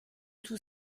tout